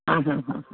ಹ್ಞೂ ಹ್ಞೂ ಹ್ಞೂ ಹ್ಞೂ